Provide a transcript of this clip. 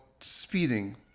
speeding